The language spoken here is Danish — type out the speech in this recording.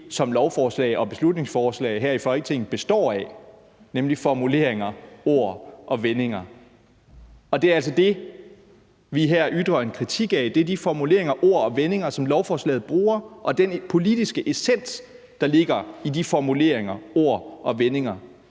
som lovforslag og beslutningsforslag her i Folketinget består af, nemlig formuleringer, ord og vendinger. Det er altså det, vi her ytrer en kritik af. Det er de formuleringer, ord og vendinger, som lovforslaget bruger, og den politiske essens, der ligger i de formuleringer, ord og vendinger,